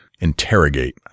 interrogate